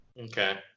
Okay